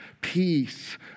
peace